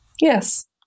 yes